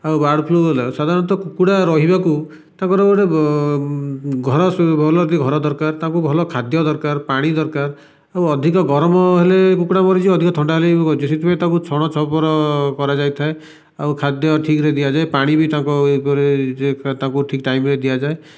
ଆଉ ବାର୍ଡ଼ଫ୍ଲୁ ହେଲା ସାଧାରଣତ କୁକୁଡ଼ା ରହିବାକୁ ତାଙ୍କର ଗୋଟିଏ ଭଲ ବି ଘର ଦରକାର ତାଙ୍କୁ ଭଲ ଖାଦ୍ୟ ଦରକାର ପାଣି ଦରକାର ଆଉ ଅଧିକ ଗରମ ହେଲେ କୁକୁଡ଼ା ମରିଯିବ କି ଅଧିକ ଥଣ୍ଡା ହେଲେ ବି ମରିଯିବ ସେଥିପାଇଁ ତାଙ୍କୁ ଛଣଛପର କରାଯାଇଥାଏ ଆଉ ଖାଦ୍ୟ ଠିକ୍ରେ ଦିଆଯାଏ ପାଣିବି ତାକୁ ଇଏ କରି ଠିକ୍ ଟାଇମରେ ଦିଆଯାଏ